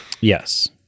yes